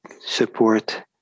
support